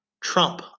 Trump